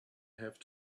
have